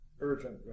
urgent